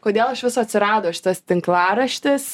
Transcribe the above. kodėl iš viso atsirado šitas tinklaraštis